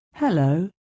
Hello